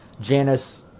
Janice